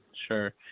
Sure